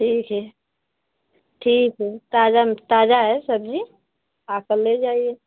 ठीक है ठीक है ताजा ताजा है सब्जी आकर ले जाइए